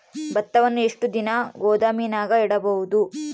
ಭತ್ತವನ್ನು ಎಷ್ಟು ದಿನ ಗೋದಾಮಿನಾಗ ಇಡಬಹುದು?